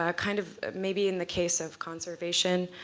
ah kind of maybe in the case of conservation,